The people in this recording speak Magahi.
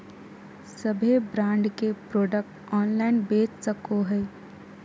सभे ब्रांड के प्रोडक्ट ऑनलाइन बेच सको हइ